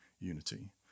unity